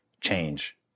change